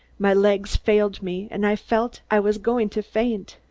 my legs failed me and i felt i was going to faint.